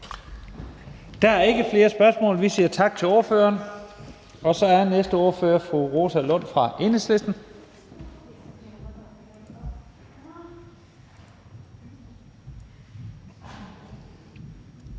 Der er ikke flere spørgsmål. Vi siger tak til ordføreren. Og så er den næste ordfører fru Rosa Lund fra Enhedslisten.